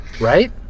Right